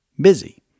Busy